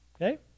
okay